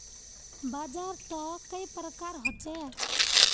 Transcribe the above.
बाजार त कई प्रकार होचे?